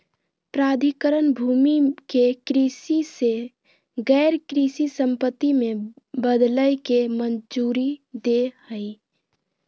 प्राधिकरण भूमि के कृषि से गैर कृषि संपत्ति में बदलय के मंजूरी दे हइ